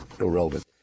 irrelevant